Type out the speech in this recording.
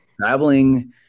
traveling